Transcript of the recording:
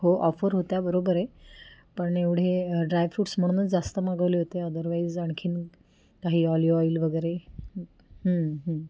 हो ऑफर होत्या बरोबर आहे पण एवढे ड्रायफ्रूट्स म्हणूनच जास्त मागवले होते अदरवाईज आणखीन काही ऑली ऑइल वगैरे